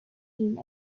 him